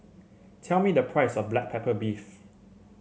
tell me the price of Black Pepper Beef